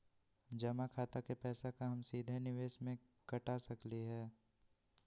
जमा खाता के पैसा का हम सीधे निवेस में कटा सकली हई?